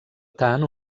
tant